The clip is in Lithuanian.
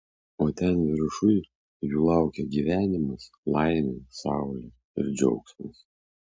o ten viršuj jų laukia gyvenimas laimė saulė ir džiaugsmas